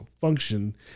function